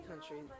country